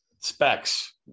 specs